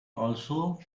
also